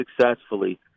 successfully